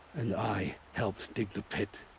and i. helped dig the pit.